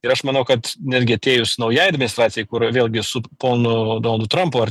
ir aš manau kad netgi atėjus naujai administracijai kur vėlgi su ponu donaldu trampu ar